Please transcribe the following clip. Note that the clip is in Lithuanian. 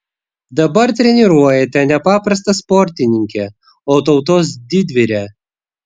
dabar treniruojate ne paprastą sportininkę o tautos didvyrę